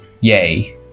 yay